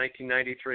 1993